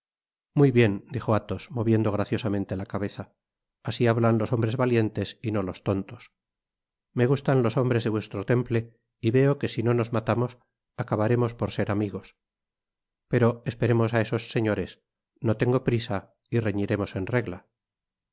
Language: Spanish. muy bien dijo athos moviendo graciosamente la cabeza asi hablan los hombres valientes y no los tontos me gustan los hombres de vuestro temple y veo que si no nos matamos acabaremos por ser amigos pero esperemos á esos señores no tengo prisa y reñiremos en regla